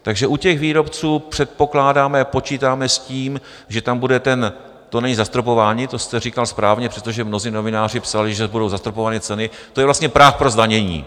Takže u těch výrobců předpokládáme, počítáme s tím, že tam bude ten to není zastropování, to jste říkal správně, přestože mnozí novináři psali, že budou zastropovány ceny, to je vlastně práh pro zdanění.